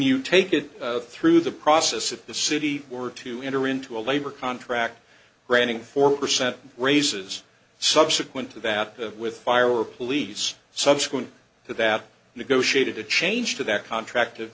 you take it through the process of the city were to enter into a labor contract granting four percent raises subsequent to that with fire or police subsequent to that negotiated a change to that contract